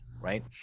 right